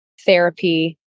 therapy